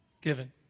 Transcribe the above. given